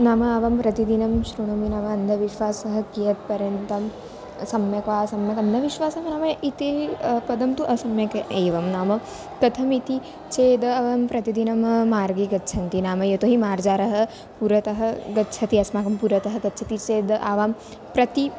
नाम अवां प्रतिदिनं श्रुणोमि नाम अन्धविश्वासः कियत्पर्यन्तं सम्यक् वा सम्यक् अन्धविश्वासः नाम इति पदं तु असम्यक् एवं नाम कथमिति चेद् अवां प्रतिदिनं मार्गे गच्छन्ति नाम यतो हि मार्जारः पुरतः गच्छति अस्माकं पुरतः गच्छति चेद् आवां प्रति